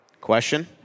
question